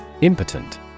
Impotent